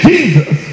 Jesus